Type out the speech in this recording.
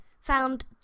found